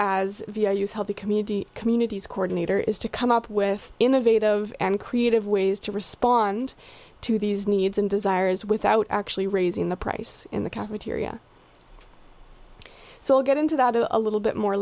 as via you help the community communities coordinator is to come up with innovative and creative ways to respond to these needs and desires without actually raising the price in the cafeteria so we'll get into that a little bit more